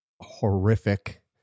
horrific